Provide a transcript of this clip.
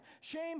Shame